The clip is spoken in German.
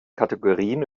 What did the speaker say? kategorien